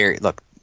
Look